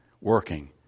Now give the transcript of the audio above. working